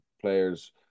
players